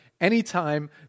anytime